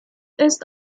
ist